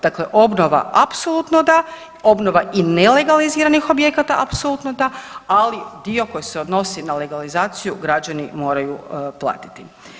Dakle, obnova, apsolutno da, obnova i nelegaliziranih objekata, apsolutno da, ali dio koji se odnosi na legalizaciju, građani moraju platiti.